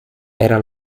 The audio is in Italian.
era